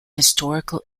historical